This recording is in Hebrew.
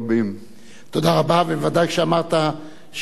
בוודאי כשאמרת שאנשי השירות לא נמצאים פה,